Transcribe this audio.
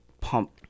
pump